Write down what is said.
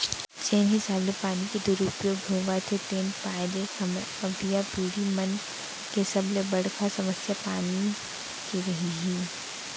जेन हिसाब ले पानी के दुरउपयोग होवत हे तेन पाय ले हमर अवईया पीड़ही मन के सबले बड़का समस्या पानी के रइही